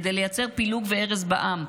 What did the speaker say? כדי לייצר פילוג והרס בעם,